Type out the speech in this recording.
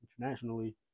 internationally